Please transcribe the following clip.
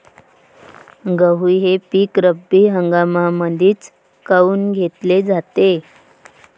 गहू हे पिक रब्बी हंगामामंदीच काऊन घेतले जाते?